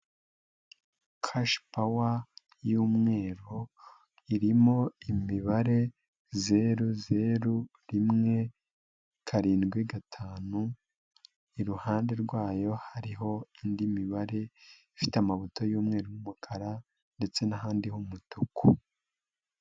Kashi pawa y'umweru irimo imibare zeru, zeru, rimwe, karindwi ,gatanu, iruhande rwayo hariho indi mibare ifite amabuto y'umweru n'umukara ndetse n'ahandi humutuku,